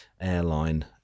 airline